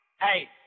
Hey